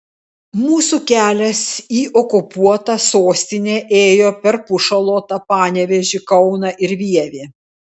mūsų kelias į okupuotą sostinę ėjo per pušalotą panevėžį kauną ir vievį